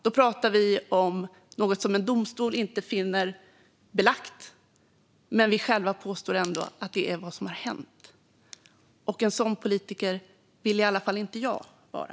Då pratar vi om något som en domstol inte finner belagt, men själva påstår vi ändå att det är vad som har hänt. En sådan politiker vill i alla fall inte jag vara.